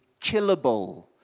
killable